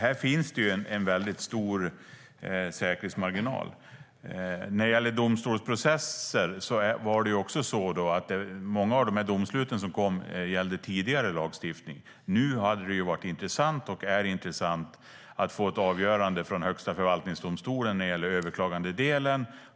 Här finns alltså en stor säkerhetsmarginal. Många av de domslut som kom gällde tidigare lagstiftning. Nu vore det intressant att få ett avgörande från Högsta förvaltningsdomstolen i överklagandedelen.